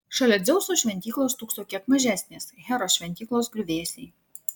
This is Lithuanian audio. šalia dzeuso šventyklos stūkso kiek mažesnės heros šventyklos griuvėsiai